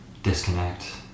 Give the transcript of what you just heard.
disconnect